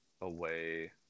away